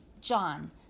John